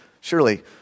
Surely